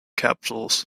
capsules